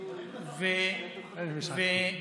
לא הנחה.